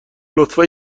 لطفا